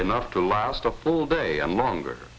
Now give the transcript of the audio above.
enough to last a full day and longer